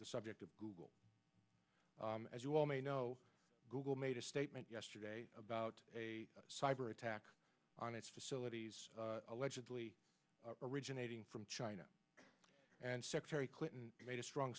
the subject of google as you all may know google made a statement yesterday about a cyber attack on its facilities allegedly originating from china and secretary clinton made a strong